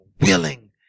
willing